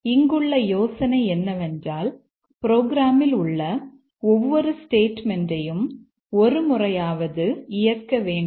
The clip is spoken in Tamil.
இங்குள்ள யோசனை என்னவென்றால் ப்ரோக்ராமில் உள்ள ஒவ்வொரு ஸ்டேட்மெண்ட்யையும் ஒரு முறையாவது இயக்க வேண்டும்